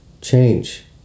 change